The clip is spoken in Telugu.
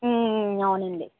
అవునండి